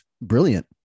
brilliant